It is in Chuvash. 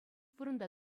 вырӑнта